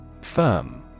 Firm